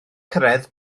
cyrraedd